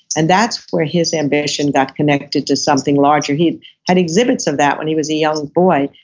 and that's where his ambition got connected to something larger he had exhibits of that when he was a young boy,